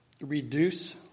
reduce